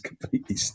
completely